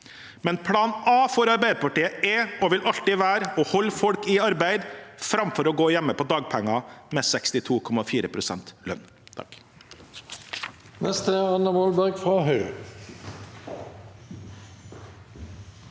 plan a for Arbeiderpartiet er og vil alltid være å holde folk i arbeid framfor at de går hjemme på dagpenger med 62,4 pst. lønn.